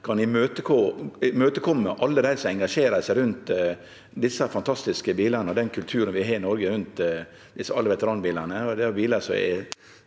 kan imøtekome alle dei som engasjerer seg rundt desse fantastiske bilane og den kulturen vi har i Noreg rundt alle veteranbilane.